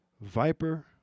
Viper